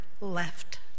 left